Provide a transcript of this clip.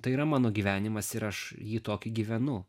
tai yra mano gyvenimas ir aš jį tokį gyvenu